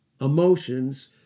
emotions